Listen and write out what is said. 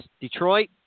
Detroit